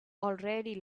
already